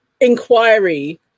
inquiry